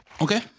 Okay